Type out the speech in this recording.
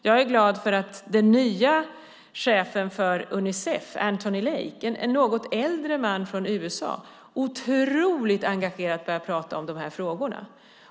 Jag är glad för att den nye chefen för Unicef, Anthony Lake, en något äldre man från USA, otroligt engagerat har börjat prata om dessa frågor.